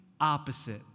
opposite